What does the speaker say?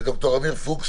ד"ר עמיר פוקס,